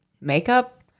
makeup